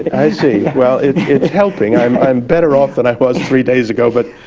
i see. well, it's helping. i'm i'm better off than i was three days ago, but